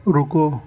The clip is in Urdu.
رکو